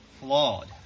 flawed